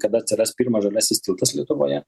kada atsiras pirmas žaliasis tiltas lietuvoje